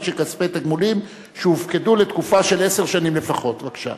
של כספי תגמולים שהופקדו לתקופה של עשר שנים לפחות) בבקשה.